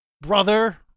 Brother